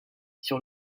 sur